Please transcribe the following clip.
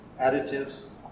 additives